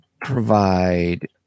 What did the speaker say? provide